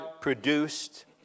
produced